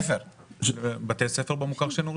שהכסף הזה יעבור למי שמגיע